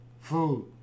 Food